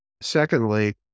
Secondly